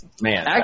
Man